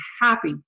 happy